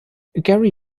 gary